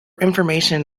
information